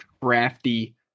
crafty